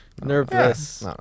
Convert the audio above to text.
Nervous